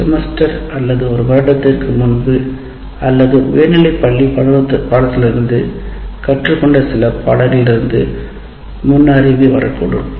semester அல்லது ஒரு வருடத்திற்கு முன்பு கற்றலில் இருந்தோம் அல்லது உயர்நிலைப் பள்ளி பாடத்திலிருந்து இருந்தோ எதையாவது தூண்டலாம்